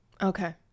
Okay